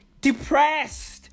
depressed